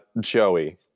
Joey